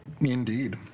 Indeed